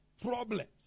problems